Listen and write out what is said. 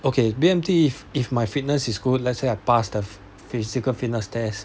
okay B_M_T if if my fitness is good let's say I passed the physical fitness test